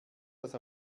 das